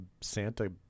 Santa